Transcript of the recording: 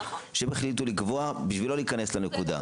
שהם החליטו לקבוע בשביל לא להיכנס לנקודה.